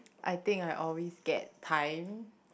I think I always get timed